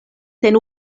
sen